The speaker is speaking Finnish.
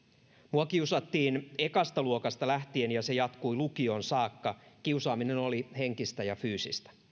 mua kiusattiin ekasta luokasta lähtien ja se jatkui lukioon saakka kiusaaminen oli henkistä ja fyysistä